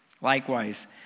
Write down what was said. Likewise